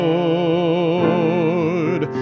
Lord